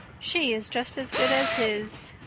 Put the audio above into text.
she is just as good as his.